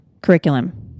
curriculum